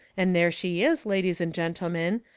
and there she is, ladies and gentlemen,